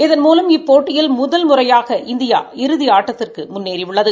இதன்மூலம் இப்போட்டியில் முதல் முறையாக இந்தியா இறுதி ஆட்டதிற்கு முன்னேறியுள்ளது